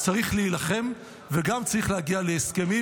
נכון, צריך להילחם, וצריך גם להגיע להסכמים.